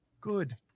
good